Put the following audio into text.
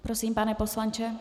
Prosím, pane poslanče.